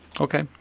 Okay